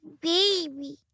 baby